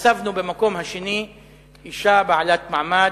הצבנו במקום השני אשה בעלת מעמד,